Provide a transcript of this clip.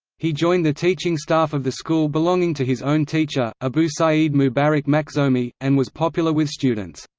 he joined the teaching staff of the school belonging to his own teacher, abu saeed mubarak makhzoomi, and was popular with students.